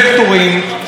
לקטורים,